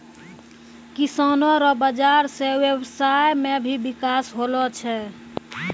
किसानो रो बाजार से व्यबसाय मे भी बिकास होलो छै